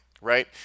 right